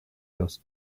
los